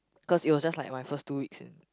cause it was just like my first two weeks in